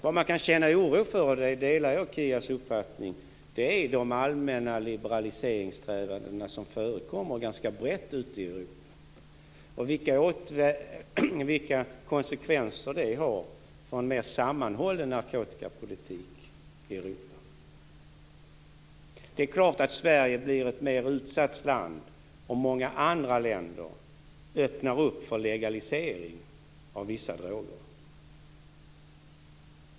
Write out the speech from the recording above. Vad man kan känna oro för - och där delar jag Kia Andreassons uppfattning - är de allmänna liberaliseringssträvanden som förekommer ganska brett ute i Europa och vilka konsekvenser de har för en mer sammanhållen narkotikapolitik i Europa. Det är klart att Sverige blir ett mer utsatt land om många andra länder öppnar för en legalisering av vissa droger.